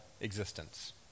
existence